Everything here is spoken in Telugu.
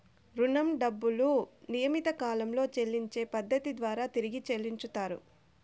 రుణం డబ్బులు నియమిత కాలంలో చెల్లించే పద్ధతి ద్వారా తిరిగి చెల్లించుతరు